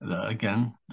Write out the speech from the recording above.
again-